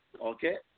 okay